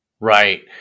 Right